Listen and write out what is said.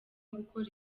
gukora